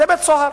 זה בית-סוהר.